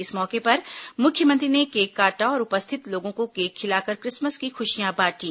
इस मौके पर मुख्यमंत्री ने केक काटा और उपस्थित लोगों को केक खिलाकर क्रिसमस की खुशियां बांटी